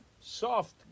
soft